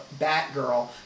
Batgirl